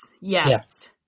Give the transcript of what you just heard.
Yes